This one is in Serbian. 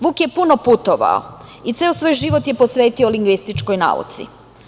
Vuk je puno putovao i ceo svoj život je posvetio lingvističkoj nauci.